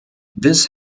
this